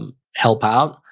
um help out.